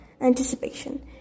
anticipation